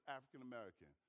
African-American